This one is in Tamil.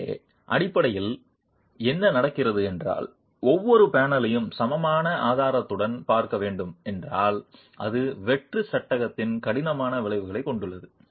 எனவே அடிப்படையில் என்ன நடக்கிறது என்றால் ஒவ்வொரு பேனலையும் சமமான ஆதாரத்துடன் பார்க்க வேண்டும் என்றால் அது வெற்று சட்டகத்தில் கடினமான விளைவைக் கொண்டுள்ளது